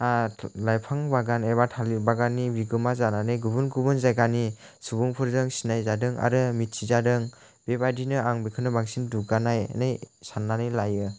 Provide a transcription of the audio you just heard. लाइफां बागान एबा थालिर बागाननि बिगोमा जानानै गुबुन गुबुन जायगानि सुबुंफोरजों सिनाय जादों आरो मिथिजादों बेबायदिनो आं गावखौनो बांसिन दुगानानै साननानै लायो